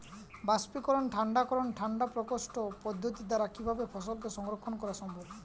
বাষ্পীকরন ঠান্ডা করণ ঠান্ডা প্রকোষ্ঠ পদ্ধতির দ্বারা কিভাবে ফসলকে সংরক্ষণ করা সম্ভব?